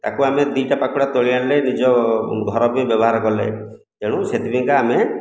ତାକୁ ଆମେ ଦୁଇଟା ପାଖୁଡ଼ା ତୋଳି ଆଣିଲେ ନିଜ ଘର ପାଇଁ ବ୍ୟବହାର କଲେ ତେଣୁ ସେଥିପାଇଁକା ଆମେ